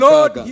Lord